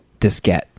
Diskette